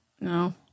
No